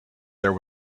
there